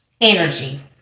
energy